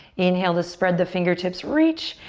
inhale to spread the fingertips, reach.